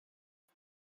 det